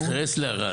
תתייחס לערד.